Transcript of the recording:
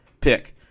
Pick